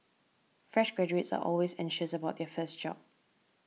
fresh graduates are always anxious about their first job